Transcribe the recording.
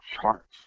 charts